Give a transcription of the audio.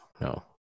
no